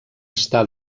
està